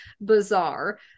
bizarre